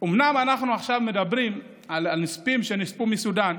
אומנם אנחנו עכשיו מדברים על הנספים מסודאן,